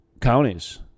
counties